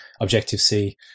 Objective-C